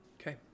Okay